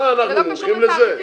מה, אנחנו מומחים לזה?